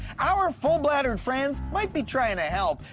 our full-bladdered friends might be trying to help,